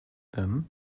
then